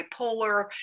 bipolar